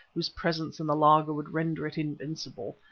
whose presence in the laager would render it invincible,